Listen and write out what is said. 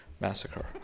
massacre